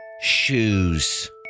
Shoes